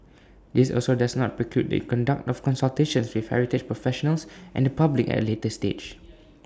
this also does not preclude the conduct of consultations with heritage professionals and the public at A later stage